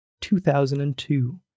2002